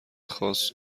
خاص